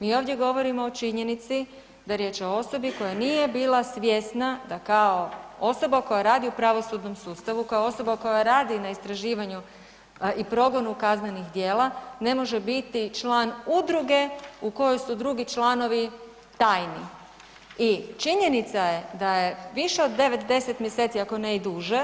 Mi ovdje govorimo o činjenici da je riječ o osobi koja nije bila svjesna da kao osoba koja radi u pravosudnom sustavu, kao osoba koja radi na istraživanju i progonu kaznenih djela, ne može biti član udruge u koju su drugi članovi tajni i činjenica je da je više od 9, 10 mjeseci, ako ne i duže,